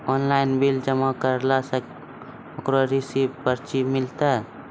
Online bill जमा करला से ओकरौ रिसीव पर्ची मिलतै?